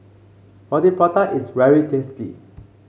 Roti Prata is very tasty